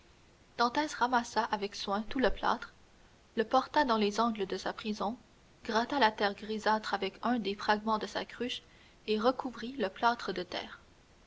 de diamètre dantès ramassa avec soin tout le plâtre le porta dans les angles de sa prison gratta la terre grisâtre avec un des fragments de sa cruche et recouvrit le plâtre de terre